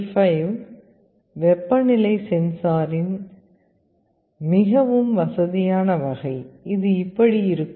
35 வெப்பநிலை சென்சாரின் மிகவும் வசதியான வகை இது இப்படி இருக்கும்